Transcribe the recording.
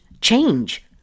change